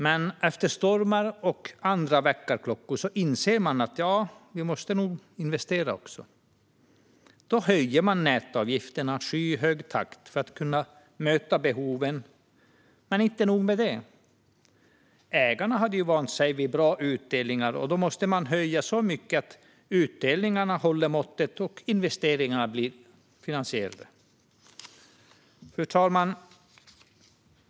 Men efter stormar och andra väckarklockor inser ägarna att de nog måste investera också. Då höjer de nätavgifterna i skyhög takt för att kunna möta behoven. Men inte nog med det: Ägarna har ju vant sig vid bra utdelningar, och då måste de höja så mycket att utdelningarna håller måttet och investeringarna blir finansierade. Fru talman!